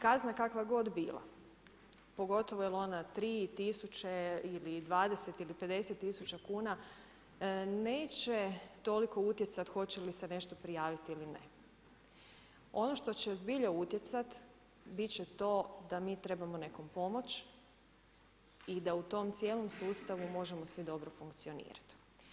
Kazna kakva god bila, pogotovo jel ona tri tisuće ili dvadeset ili pedeset tisuća kuna neće toliko utjecati hoće li se nešto prijaviti ili ne. ono što će zbilja utjecat bit će to da mi trebamo nekom pomoć i da u tom cijelom sustavu možemo svi dobro funkcionirati.